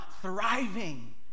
thriving